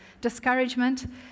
discouragement